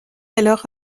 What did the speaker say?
alors